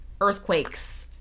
earthquakes